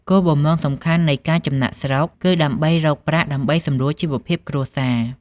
គោលបំណងសំខាន់នៃការចំណាកស្រុកគឺដើម្បីរកប្រាក់ដើម្បីសម្រួលជីវភាពគ្រួសារ។